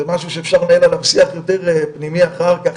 זה משהו שאפשר לנהל עליו שיח יותר פנימי אחר כך,